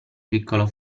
piccolo